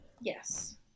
yes